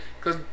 Cause